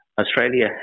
Australia